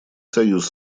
союз